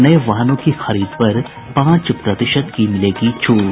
नये वाहनों की खरीद पर पांच प्रतिशत की मिलेगी छूट